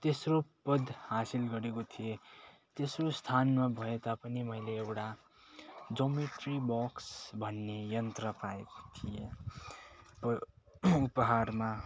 तेस्रो पद हासिल गरेको थिएँ तेस्रो स्थानमा भए तापनि मैले एउटा जोमेट्री बक्स भन्ने यन्त्र पाएको थिएँ उयो उपहारमा